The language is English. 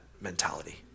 mentality